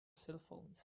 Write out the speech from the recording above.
cellphones